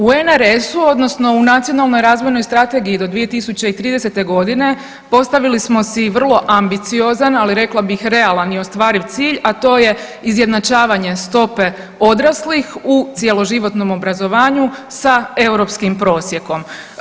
U UNRS-u, odnosno Nacionalnoj razvojnoj strategiji do 2030. godine postavili smo si vrlo ambiciozan, ali rekla bih realan i ostvariv cilj a to je izjednačavanje stope odraslih u cjeloživotnom obrazovanju sa europskim prosjekom.